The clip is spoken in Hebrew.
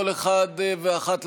כל אחד ואחת,